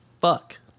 fuck